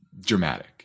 dramatic